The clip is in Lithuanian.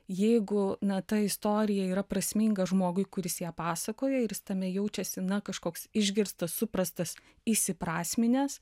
jeigu na ta istorija yra prasminga žmogui kuris ją pasakoja ir jis tame jaučiasi na kažkoks išgirstas suprastas įsiprasminęs